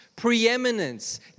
preeminence